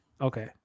okay